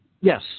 Yes